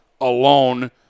alone